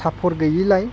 support गैयिलाय